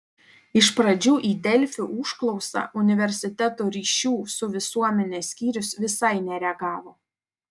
iš pradžių į delfi užklausą universiteto ryšių su visuomene skyrius visai nereagavo